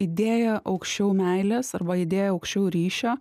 idėja aukščiau meilės arba idėja aukščiau ryšio